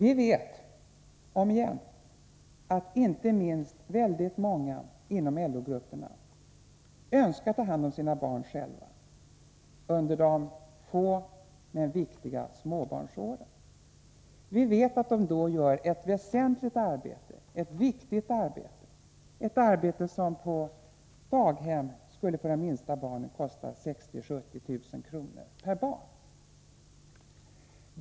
Om igen: Vi vet att väldigt många, inte minst inom LO-grupperna, önskar ta hand om sina barn själva under de få men viktiga småbarnsåren. Vi vet att de då gör ett väsentligt och viktigt arbete, ett arbete som på daghem för de minsta barnen skulle kosta 60 000-70 000 kr. per barn och år.